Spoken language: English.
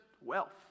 wealth